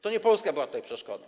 To nie Polska była tutaj przeszkodą.